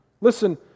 Listen